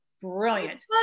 brilliant